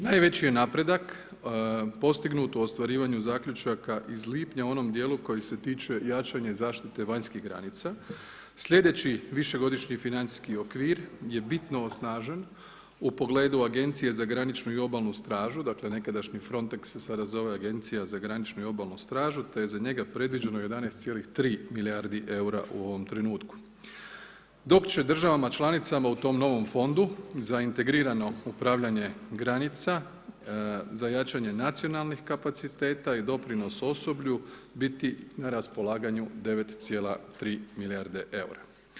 Najveći je napredak postignut u ostvarivanju zaključaka iz lipnja u onom dijelu koji se tiče jačanje zaštite vanjskih granica, slijedeći višegodišnji financijski okvir je bitno osnažen u pogledu Agencije za graničnu i obalnu stražu, dakle nekadašnji FRONTEX se sada zove Agencija za graničnu i obalu stražu te je za njega predviđeno 11,3 milijardi EUR-a u ovom trenutku, dok će državama članicama u tom novom fondu za integrirano upravljanje granica za jačanje nacionalnih kapaciteta i doprinos osoblju biti na raspolaganju 9,3 milijarde EUR-a.